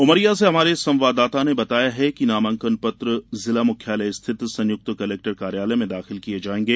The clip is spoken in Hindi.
उमरिया से हमारे संवाददाता ने बताया है कि नामांकन पत्र जिला मुख्यालय स्थित संयुक्त कलेक्टर कार्यालय में दाखिल किये जायेंगे